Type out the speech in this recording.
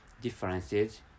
differences